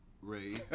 Ray